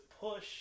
push